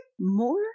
More